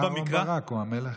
אהרן ברק הוא המלך.